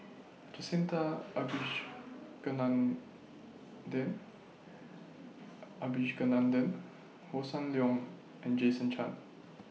Jacintha Abisheganaden Abisheganaden Hossan Leong and Jason Chan